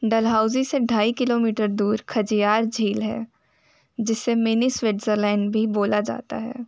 डल्हौज़ी से ढाई किलोमीटर दूर खजियार झील है जिसे मिनी स्विट्ज़रलैंड भी बोला जाता है